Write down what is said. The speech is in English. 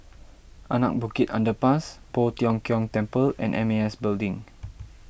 Anak Bukit Underpass Poh Tiong Kiong Temple and M A S Building